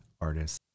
artists